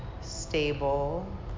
stable